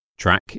Track